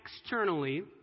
externally